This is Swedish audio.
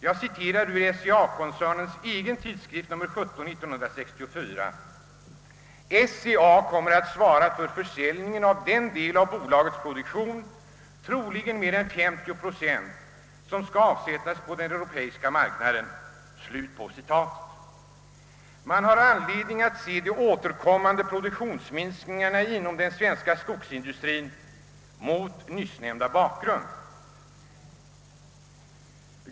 Jag citerar ur SCA-koncernens egen tidskrift nr 17 1964: »SCA kommer att svara för försäljningen av den del av bolagets produktion — troligen mer än 50 procent — som skall avsättas på den europeiska marknaden.» Man har anledning att se de återkommande produktionsminskningarna inom den svenska skogsindustrien mot nyssnämnda bakgrund.